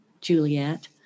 Juliet